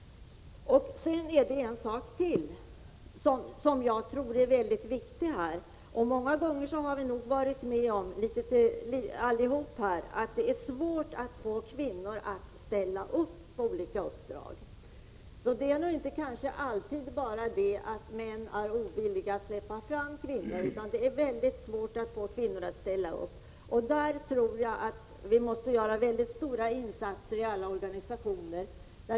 Ytterligare en sak tror jag är mycket viktig. Många gånger har vi nog allihop upplevt att det är svårt att få kvinnor att ställa upp på olika uppdrag. Det är kanske inte alltid männen som är ovilliga att släppa fram kvinnorna, utan det är också svårt att få kvinnorna att ställa upp. Där tror jag att vi måste göra stora insatser i de olika organisationerna.